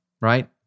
right